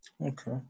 Okay